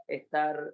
estar